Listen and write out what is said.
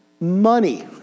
money